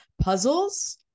puzzles